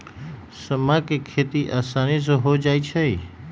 समा के खेती असानी से हो जाइ छइ